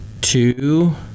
two